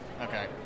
Okay